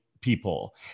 people